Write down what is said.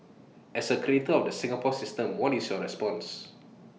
as A creator of the Singapore system what is your response